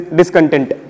discontent